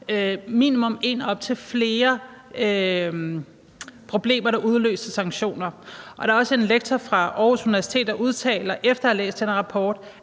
minimum et og op til flere problemer, der udløste sanktioner. Der er også en lektor fra Aarhus Universitet, der efter at have læst den rapport